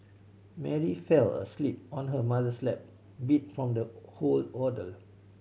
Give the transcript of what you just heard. Mary fell asleep on her mother's lap beat from the whole ordeal